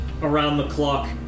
around-the-clock